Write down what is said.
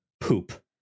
poop